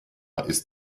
ist